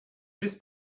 this